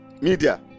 media